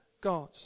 God